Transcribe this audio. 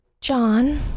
John